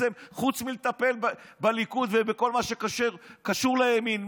חוץ מלטפל בליכוד ובכל מה שקשור לימין,